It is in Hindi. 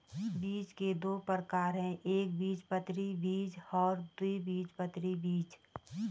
बीज के दो प्रकार है एकबीजपत्री बीज और द्विबीजपत्री बीज